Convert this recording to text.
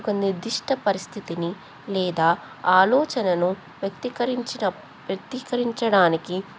ఒక నిర్దిష్ట పరిస్థితిని లేదా ఆలోచనను వ్యక్తీకరించిన వ్యక్తీకరించడానికి